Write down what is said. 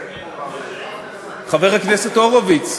חבר הכנסת הורוביץ,